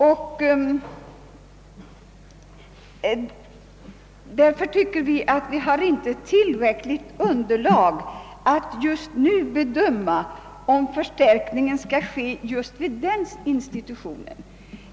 Utskottsmajoriteten anser att det inte finns tillräckligt underlag för att nu bedöma om förstärkningen skall sättas in vid just den institutionen.